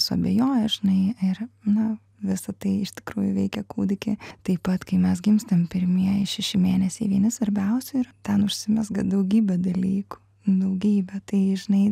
suabejoja žinai ir na visa tai iš tikrųjų veikia kūdikį taip pat kai mes gimstam pirmieji šeši mėnesiai vieni svarbiausių ir ten užsimezga daugybė dalykų daugybė tai žinai